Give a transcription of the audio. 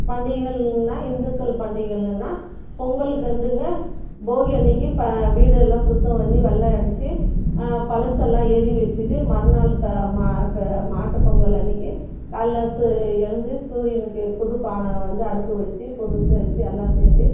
பண்டிகைகள்னால் இந்துக்கள் பண்டிகைகள்னால் பொங்கலுக்கு வந்துங்க போகி அன்றைக்கி வீடெல்லாம் சுத்தம் பண்ணி வெள்ளை அடிச்சு பழசெல்லாம் எரிய வெச்சுட்டு மறுநாள் மாட்டு பொங்கல் அன்றைக்கி காலையில் ச எழுந்து சூரியனுக்கு புதுப்பானை வந்து அடுப்பு வச்சு புதுசு வச்சு எல்லாம் செஞ்சு